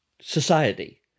society